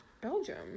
Belgium